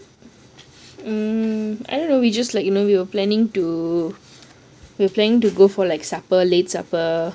um I don't know we just like you know we were planning to we were planning to go for like supper late supper